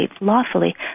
lawfully